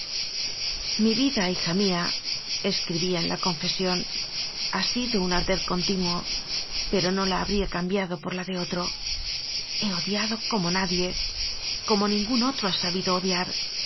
mi vida hija míaescribía en la con fesión ha sido un arder continuo pero no da habría cambiado por la de otro he odiado como nadie como ningún otro ha sabido odiar